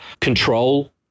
control